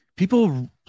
People